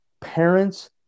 parents